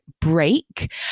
break